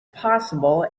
possible